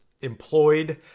employed